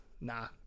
nah